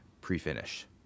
Pre-finish